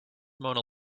mona